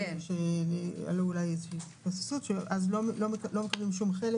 אז לא מקבלים שום חלק